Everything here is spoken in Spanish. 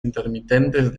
intermitentes